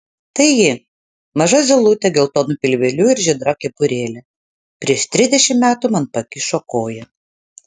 tai ji maža zylutė geltonu pilveliu ir žydra kepurėle prieš trisdešimt metų man pakišo koją